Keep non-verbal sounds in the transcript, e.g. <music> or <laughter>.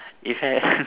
if ha~ <laughs>